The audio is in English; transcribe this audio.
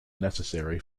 necessary